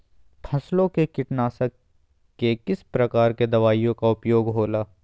फसलों के कीटनाशक के किस प्रकार के दवाइयों का उपयोग हो ला?